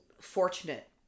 fortunate